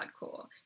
hardcore